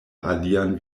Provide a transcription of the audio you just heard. alian